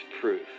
proof